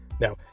Now